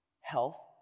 health